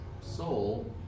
soul